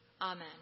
Amen